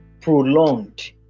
prolonged